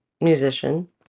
musician